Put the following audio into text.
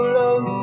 love